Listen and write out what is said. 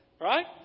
right